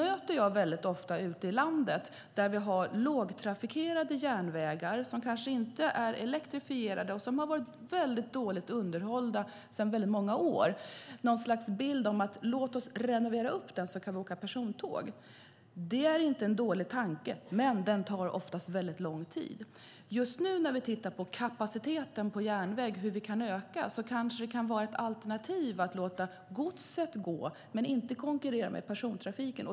När jag är ute i landet på platser med lågtrafikerade järnvägar som inte är elektrifierade och dåligt underhållna sedan många år möter jag ofta tanken att renovera upp dem så att man kan åka tåg. Det är ingen dålig tanke, men den tar ofta lång tid att förverkliga. När vi nu tittar på hur vi kan öka kapaciteten på järnvägen kan det vara ett alternativ att låta godset gå men inte konkurrera med persontrafiken.